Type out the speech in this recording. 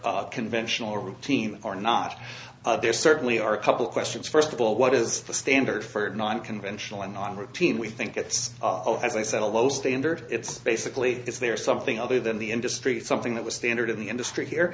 are conventional routine or not there certainly are a couple of questions first of all what is the standard for non conventional and on routine we think it's as i said a low standard it's basically is there something other than the industry something that was standard in the industry here